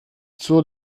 zur